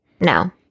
No